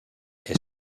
est